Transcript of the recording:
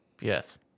yes